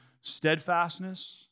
steadfastness